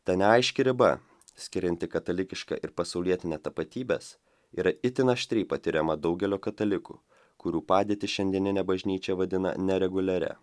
ta neaiški riba skirianti katalikišką ir pasaulietinę tapatybes yra itin aštriai patiriama daugelio katalikų kurių padėtį šiandieninė bažnyčią vadina nereguliaria